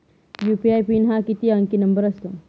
UPI PIN हा किती अंकी नंबर असतो?